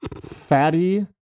fatty